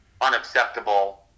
unacceptable